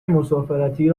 مسافرتی